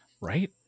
right